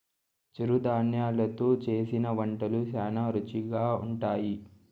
చిరుధాన్యలు తో చేసిన వంటలు శ్యానా రుచిగా ఉంటాయి